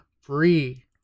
free